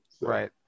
Right